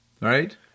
Right